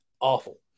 awful